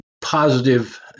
positive